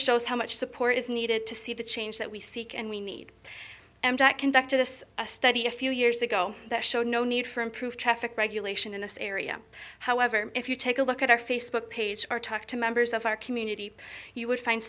shows how much support is needed to see the change that we seek and we need and i conducted this study a few years ago that showed no need for improved traffic regulation in this area however if you take a look at our facebook page or talk to members of our community you would find